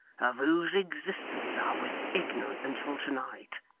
of whose existence i was ignorant until to-night,